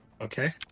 Okay